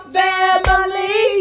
family